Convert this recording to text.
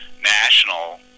national